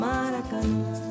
Maracanã